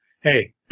hey